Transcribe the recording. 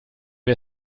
wir